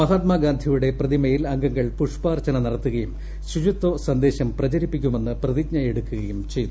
മഹാത്മാഗാന്ധിയുടെ പ്രതിമയിൽ അംഗങ്ങൾ പുഷ്പാർച്ചന നടത്തുകയും ശുചിത്വ സന്ദേശം പ്രചരിപ്പിക്കുമെന്ന് പ്രതിജ്ഞ എടുക്കുകയും ചെയ്തു